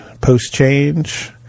post-change